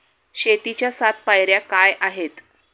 शेतीच्या सात पायऱ्या काय आहेत?